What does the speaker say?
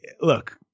Look